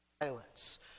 violence